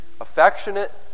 affectionate